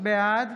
בעד